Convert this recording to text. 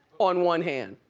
on one hand.